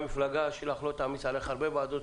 נשמח שהמפלגה שלך לא תעמיס עלייך הרבה ועדות,